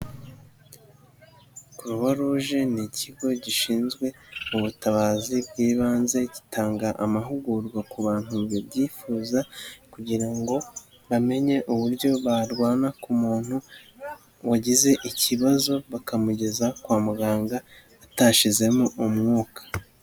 Croix Rouge ni ikigo gishinzwe ubutabazi bw'ibanze, gitanga amahugurwa ku bantu babyifuza kugira ngo bamenye uburyo barwana ku muntu wagize ikibazo, bakamugeza kwa muganga atashizemo umwuka.